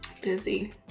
Busy